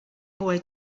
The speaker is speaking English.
boy